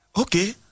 okay